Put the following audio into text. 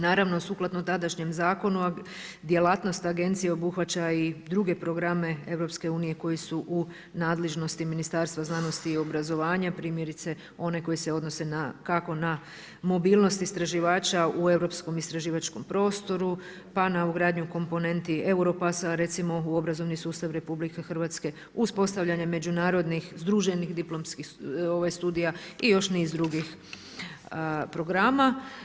Naravno sukladno tadašnjem zakonu djelatnost agencije obuhvaća i druge programe EU koji su u nadležnosti Ministarstva znanosti i obrazovanja, primjerice one koji se odnose na, kako na mobilnost istraživača u europskom istraživačkom prostoru, pa na ugradnju komponenti EUROPASS-a recimo u obrazovni sustav RH, uspostavljanja međunarodnih združenih diplomskih studija i još niz drugih programa.